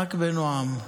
רק בנועם.